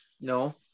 No